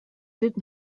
did